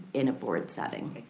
in a board setting.